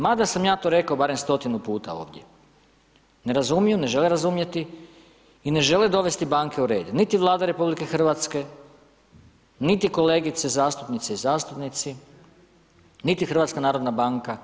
Mada sam ja to rekao barem stotinu puta ovdje, ne razumiju, ne žele razumjeti i ne žele dovesti banke u red, niti Vlada RH, niti kolegice zastupnice i zastupnici, niti HNB.